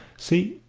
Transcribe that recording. see,